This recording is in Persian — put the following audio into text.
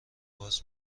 باز